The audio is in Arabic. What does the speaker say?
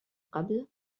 قبل